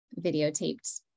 videotaped